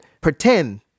pretend